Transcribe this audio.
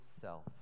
self